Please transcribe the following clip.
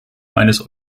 eines